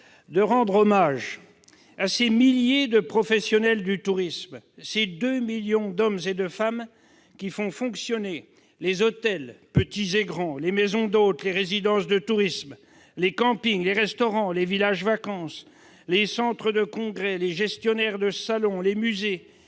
veux rendre hommage aux professionnels du tourisme, à ces deux millions d'hommes et de femmes qui font fonctionner les hôtels- petits et grands -, les maisons d'hôtes, les résidences de tourisme, les campings, les restaurants, les villages de vacances, les centres de congrès, les salons, les musées,